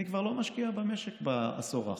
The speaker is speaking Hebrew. אני כבר לא משקיע במשק בעשור האחרון.